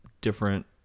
different